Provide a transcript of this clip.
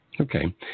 Okay